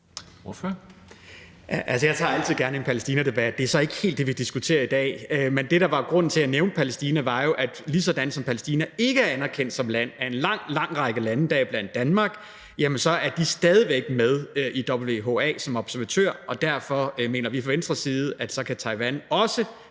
jeg tager altid gerne en Palæstinadebat. Det er så ikke helt det, vi diskuterer i dag. Men det, der var grunden til, at jeg nævnte Palæstina, var, at ligesom Palæstina ikke er anerkendt som land af en lang, lang række lande, deriblandt Danmark, så er de stadig væk med i WHA som observatør. Og derfor mener vi fra Venstres side, at så kan Taiwan også,